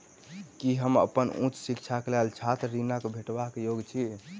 की हम अप्पन उच्च शिक्षाक लेल छात्र ऋणक भेटबाक योग्य छी?